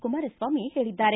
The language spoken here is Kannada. ಕುಮಾರಸ್ವಾಮಿ ಹೇಳಿದ್ದಾರೆ